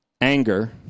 Anger